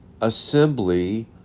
assembly